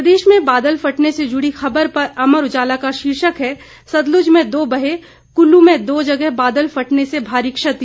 प्रदेश में बादल फटने से जुड़ी खबर पर अमर उजाला का शीर्षक है सतलुज में दो बहे कूल्लू में दो जगह बादल फटने से भारी क्षति